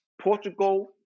portugal